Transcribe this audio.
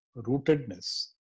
rootedness